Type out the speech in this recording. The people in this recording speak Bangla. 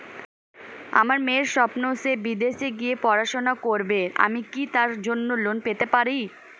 আমার মেয়ের স্বপ্ন সে বিদেশে গিয়ে পড়াশোনা করবে আমি কি তার জন্য লোন পেতে পারি?